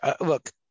look